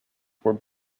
were